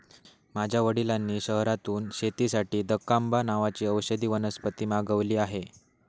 माझ्या वडिलांनी शहरातून शेतीसाठी दकांबा नावाची औषधी वनस्पती मागवली आहे